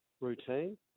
routine